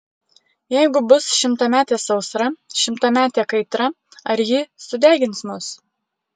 jeigu bus šimtametė sausra šimtametė kaitra ar ji sudegins mus